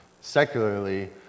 secularly